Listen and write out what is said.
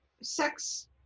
sex